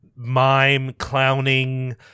mime-clowning